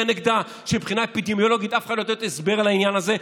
נגדה כשמבחינה אפידמיולוגית אף אחד לא יודע לתת הסבר לעניין הזה.